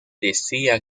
decía